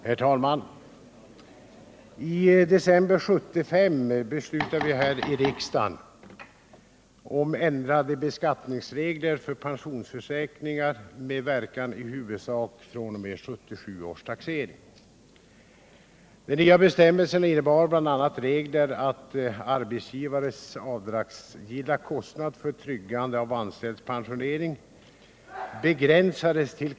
Herr talman! I december 1975 beslutade vi här i riksdagen om ändrade beskattningsregler för pensionsförsäkringar med verkan i huvudsak fr.o.m. 1977 års taxering.